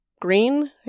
green